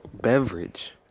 beverage